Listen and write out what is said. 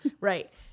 right